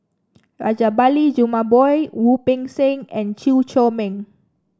Rajabali Jumabhoy Wu Peng Seng and Chew Chor Meng